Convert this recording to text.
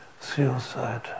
suicide